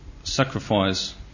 Sacrifice